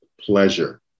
pleasure